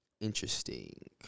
Interesting